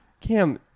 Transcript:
Cam